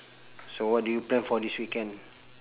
so what do you plan for this weekend